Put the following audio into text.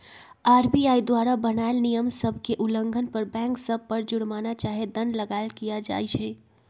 RBI द्वारा बनाएल नियम सभ के उल्लंघन पर बैंक सभ पर जुरमना चाहे दंड लगाएल किया जाइ छइ